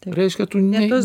reiškia ne tas duris